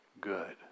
good